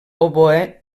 oboè